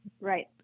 right